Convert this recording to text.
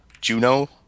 Juno